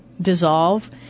dissolve